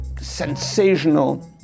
sensational